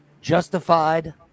Justified